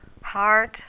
heart